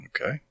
Okay